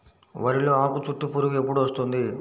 వరిలో ఆకుచుట్టు పురుగు ఎప్పుడు వస్తుంది?